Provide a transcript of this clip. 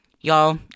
Y'all